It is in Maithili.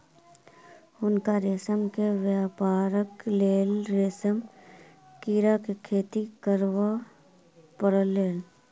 हुनका रेशम के व्यापारक लेल रेशम कीड़ा के खेती करअ पड़लैन